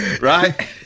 Right